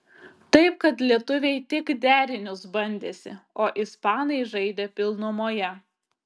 taip kad lietuviai tik derinius bandėsi o ispanai žaidė pilnumoje